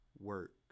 work